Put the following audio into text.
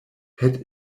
had